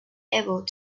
able